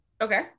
Okay